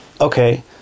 Okay